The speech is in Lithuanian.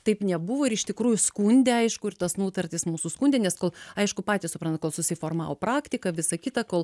taip nebuvo ir iš tikrųjų skundė aišku ir tas nutartis mūsų skundė nes kol aišku patys suprantat kol susiformavo praktika visa kita kol